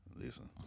Listen